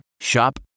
Shop